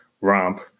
romp